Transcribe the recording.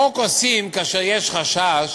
חוק עושים כאשר יש חשש